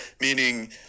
meaning